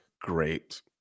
great